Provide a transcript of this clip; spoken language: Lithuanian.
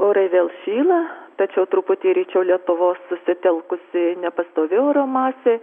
orai vėl šyla tačiau truputį ryčiau lietuvos susitelkusi nepastovi oro masė